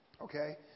okay